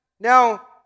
Now